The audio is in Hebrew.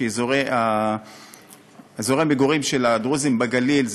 כי אזורי המגורים של הדרוזים בגליל הם